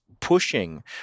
Pushing